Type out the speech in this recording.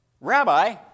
Rabbi